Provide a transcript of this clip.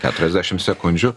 keturiasdešimt sekundžių